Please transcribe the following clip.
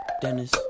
Dennis